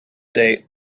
date